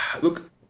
Look